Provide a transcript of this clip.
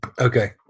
Okay